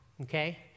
okay